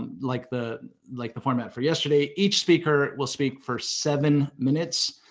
and like the like the format for yesterday. each speaker will speak for seven minutes.